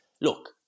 look